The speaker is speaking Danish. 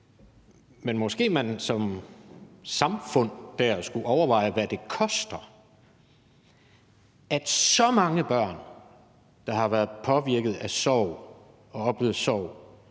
men måske skulle man som samfund overveje, hvad det koster, at så mange børn, der har været påvirket af sorg og oplevet sorg,